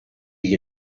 you